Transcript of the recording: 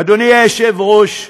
אדוני היושב-ראש,